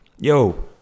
yo